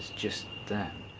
just them.